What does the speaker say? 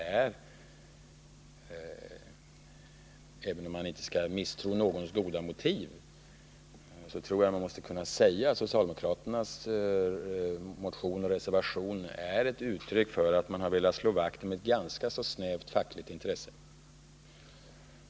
Även om vi inte skall misstro någons goda motiv, så tror jag att vi måste säga att socialdemokratern velat s motion och reservation är uttryck för att man snävt fackligt intres e.